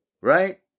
right